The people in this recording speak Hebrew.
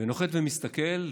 נוחת ומסתכל,